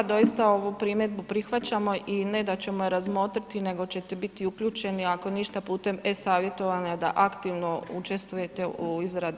Doista ovu primjedbu prihvaćamo i ne da ćemo ju razmotriti nego ćete biti upućeni, ako ništa putem e-savjetovanja da aktivno učestvujete u izradi